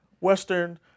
Western